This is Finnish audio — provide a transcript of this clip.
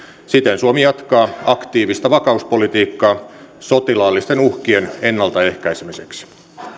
siten suomi jatkaa aktiivista vakauspolitiikkaa sotilaallisten uhkien ennaltaehkäisemiseksi